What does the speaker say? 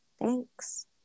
thanks